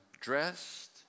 dressed